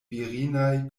virinaj